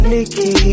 Nikki